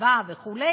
הרחבה וכו',